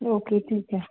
okay ठीक आहे